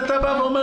אתה בא ואומר,